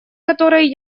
которые